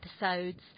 episodes